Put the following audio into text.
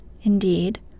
indeed